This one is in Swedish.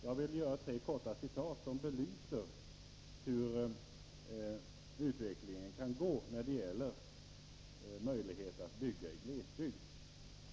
Jag vill citera tre avsnitt ur PBL-förslaget — som nu ligger hos lagrådet — vilka belyser hur utvecklingen kan gå när det gäller möjlighet att bygga i glesbygd.